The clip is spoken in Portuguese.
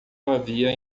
havia